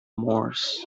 moors